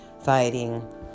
fighting